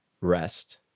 rest